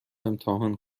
امتحان